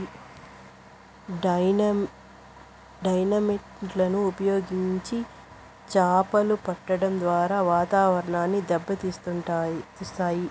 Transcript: dynamite లను ఉపయోగించి చాపలు పట్టడం ద్వారా వాతావరణాన్ని దెబ్బ తీస్తాయి